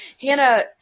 Hannah